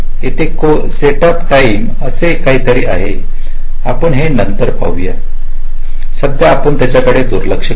येथे कोण set up time असे काहीतरी आहे आपण नंतर पाहूया आत्ता आत्ता याकडे दुलिक्ष करू